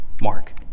mark